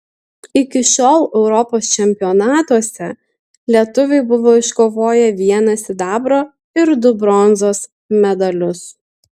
iki šiol europos čempionatuose lietuviai buvo iškovoję vieną sidabro ir du bronzos medalius